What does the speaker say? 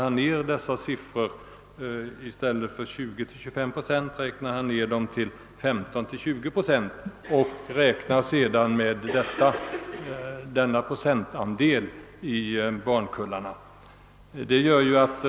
I stället för frekvenssiffrorna 20—25 procent torde man då, enligt övertandläkare Linder-Aronson, komma fram till 15— 20 procent inom varje årskull.